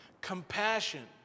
compassion